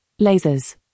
lasers